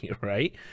right